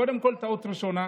קודם כול, הטעות הראשונה,